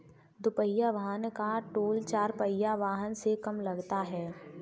दुपहिया वाहन का टोल चार पहिया वाहन से कम लगता है